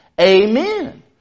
Amen